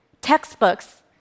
textbooks